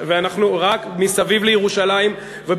מסביב לירושלים,